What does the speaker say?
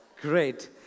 Great